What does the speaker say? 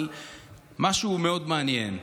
אבל משהו מאוד מעניין.